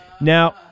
Now